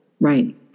Right